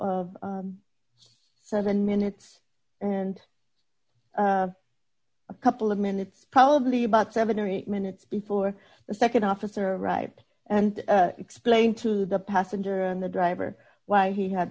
of seven minutes and a couple of minutes probably about seven or eight minutes before the nd officer arrived and explain to the passenger on the driver why he had